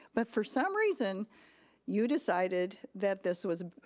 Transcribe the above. but for some reason you decided that this was,